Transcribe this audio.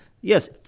yes